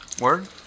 Word